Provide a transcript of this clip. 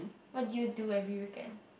what do you do every weekend